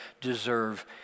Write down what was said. deserve